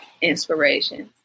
inspirations